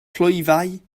clwyfau